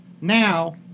now